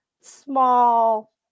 small